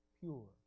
pure